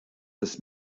ist